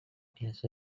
casts